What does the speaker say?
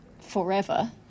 forever